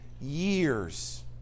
years